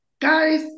guys